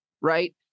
right